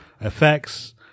effects